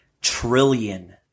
trillion